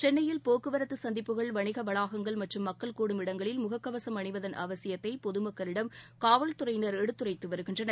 சென்னையில் போக்குவரத்துசந்திப்புகள் வணிகவளாகங்கள் மற்றும் மக்கள் கூடும் இடங்களில் முகக்கவசம் அணிவதன் அவசியத்தைபொதுமக்களிடம் காவல்துறையினர் எடுத்துரைத்துவருகின்றனர்